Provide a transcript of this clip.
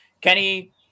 Kenny